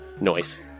Noise